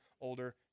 older